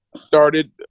started